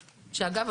שאגב,